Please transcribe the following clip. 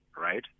right